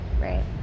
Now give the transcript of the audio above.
Right